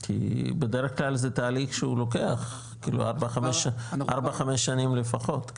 כי בדרך כלל זה תהליך שהוא לוקח כאילו ארבע חמש שנים לפחות,